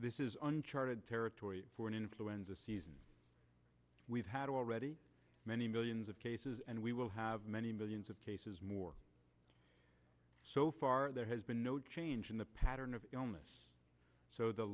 uncharted territory for an influenza season we've had already many millions of cases and we will have many millions of cases more so far there has been no change in the pattern of illness so the